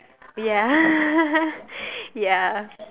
ya ya